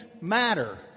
matter